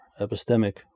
epistemic